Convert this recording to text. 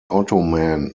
ottoman